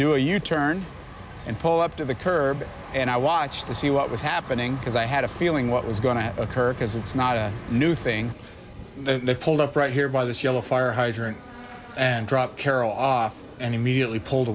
u turn and pull up to the curb and i watched to see what was happening because i had a feeling what was going to occur because it's not a new thing the pulled up right here by this yellow fire hydrant and drop carol off and immediately pulled